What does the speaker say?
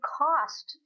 cost